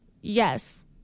yes